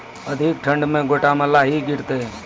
अधिक ठंड मे गोटा मे लाही गिरते?